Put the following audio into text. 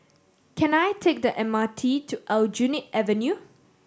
can I take the M R T to Aljunied Avenue